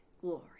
glory